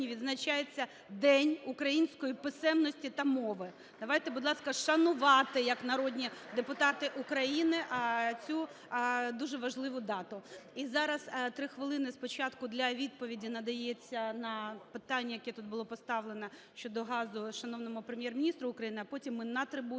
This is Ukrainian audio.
відзначається День української писемності та мови. (Оплески) Давайте, будь ласка, шанувати як народні депутати України цю дуже важливу дату. І зараз 3 хвилини спочатку для відповіді надається на питання, яке тут було поставлене щодо газу шановному Прем'єр-міністру України. А потім ми на трибуні